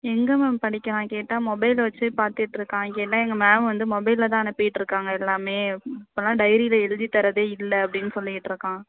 எங்கே மேம் படிக்கிறான் கேட்டால் மொபைல் வச்சு பார்த்துட்ருக்கான் கேட்டால் எங்கள் மேம் வந்து மொபைலில்தான் அனுப்பிகிட்ருக்காங்க எல்லாமே இப்போதெல்லாம் டைரியில் எழுதி தர்றதே இல்லை அப்படின்னு சொல்லிக்கிட்டிருக்கான்